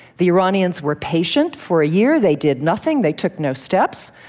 the iranians were patient for a year they did nothing. they took no steps.